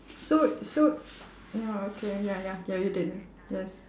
so so ya okay ya ya ya you did yes